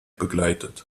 begleitet